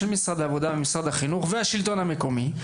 של משרד העבודה ומשרד החינוך והשילטון המקומי,